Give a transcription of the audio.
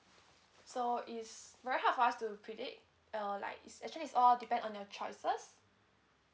so is very hard for us to predict err like is actually is all depend on your choices